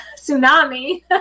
tsunami